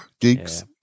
geeks